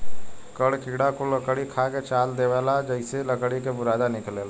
कठ किड़ा कुल लकड़ी खा के चाल देवेला जेइसे लकड़ी के बुरादा निकलेला